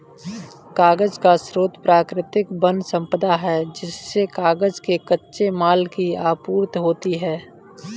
कागज का स्रोत प्राकृतिक वन सम्पदा है जिससे कागज के कच्चे माल की आपूर्ति होती है